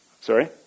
Sorry